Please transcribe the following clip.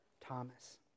Thomas